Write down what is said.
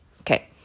Okay